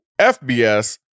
FBS